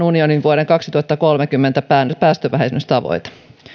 unionin vuoden kaksituhattakolmekymmentä päästövähennystavoite